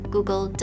Google